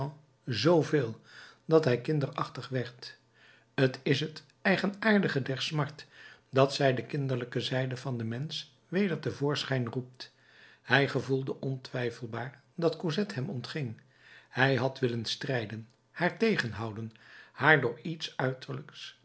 dat hij kinderachtig werd t is het eigenaardige der smart dat zij de kinderlijke zijde van den mensch weder te voorschijn roept hij gevoelde ontwijfelbaar dat cosette hem ontging hij had willen strijden haar tegenhouden haar door iets uiterlijks